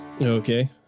Okay